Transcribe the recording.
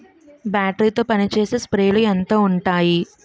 Battery తో పనిచేసే స్ప్రేలు ఎంత ఉంటాయి?